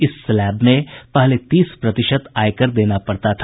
इस स्लैब में पहले तीस प्रतिशत आयकर देना पड़ता था